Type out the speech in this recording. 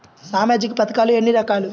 సామాజిక పథకాలు ఎన్ని రకాలు?